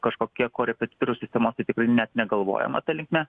kažkokia korepetitoriaus sistema net tikrai net negalvojama ta linkme